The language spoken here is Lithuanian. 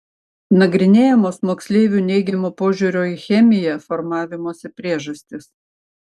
nagrinėjamos moksleivių neigiamo požiūrio į chemiją formavimosi priežastys